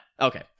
Okay